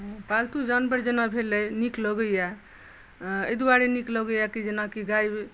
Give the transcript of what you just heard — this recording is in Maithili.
पालतु जानवर जेना भेलै नीक लगैया एहि दुआरे नीक लगैया कि जेना गाय ओ